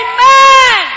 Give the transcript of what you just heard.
Amen